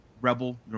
Rebel